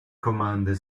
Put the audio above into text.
commander